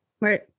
Right